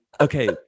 okay